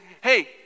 hey